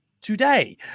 today